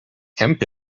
hemp